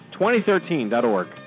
2013.org